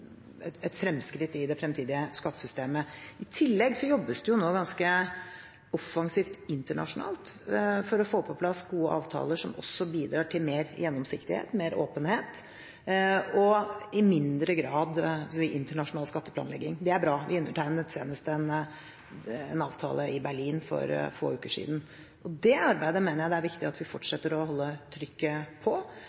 et fremskritt i det fremtidige skattesystemet. I tillegg jobbes det nå ganske offensivt internasjonalt for å få på plass gode avtaler som også bidrar til mer gjennomsiktighet, mer åpenhet og i mindre grad internasjonal skatteplanlegging. Det er bra. Vi undertegnet en avtale i Berlin senest for få uker siden. Det arbeidet mener jeg det er viktig at vi